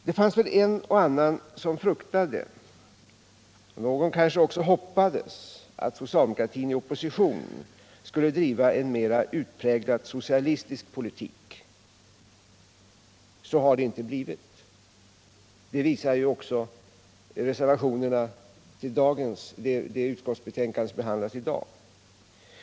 Det fanns väl en och annan som fruktade — någon kanske också hoppades — att socialdemokratin i opposition skulle driva en mera utpräglat socialistisk politik. Så har det inte blivit. Det visar också reservationerna vid det näringsutskottsbetänkande som behandlas i dag.